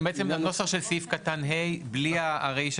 זה בעצם הנוסח של סעיף קטן (ה) בלתי הרישא